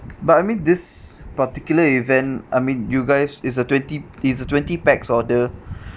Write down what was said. but I mean this particular event I mean you guys it's a twenty it's a twenty pax order